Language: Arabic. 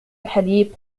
الحليب